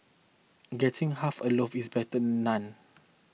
getting half a loaf is better none